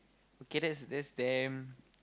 okay that's that's damn